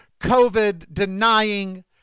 COVID-denying